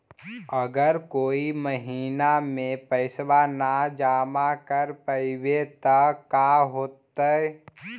अगर कोई महिना मे पैसबा न जमा कर पईबै त का होतै?